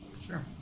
Sure